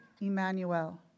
Emmanuel